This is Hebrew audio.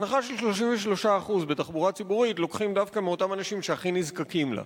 הנחה של 33% בתחבורה ציבורית לוקחים דווקא מאותם אנשים שהכי נזקקים לה.